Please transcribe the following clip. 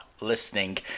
listening